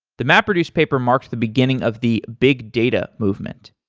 the mapreduce paper marks the beginning of the big data movement.